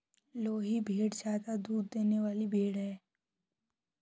लोही भेड़ ज्यादा दूध देने वाली भेड़ है